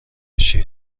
شیر